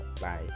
Bye